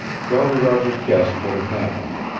jolly roger guessed what had happened.